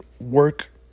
work